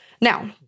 Now